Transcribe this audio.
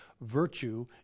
Virtue